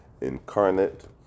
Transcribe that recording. incarnate